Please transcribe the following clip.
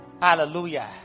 hallelujah